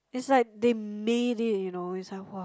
it's like they made it you know it's like !wah!